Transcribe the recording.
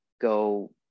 go